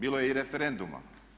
Bilo je i referenduma.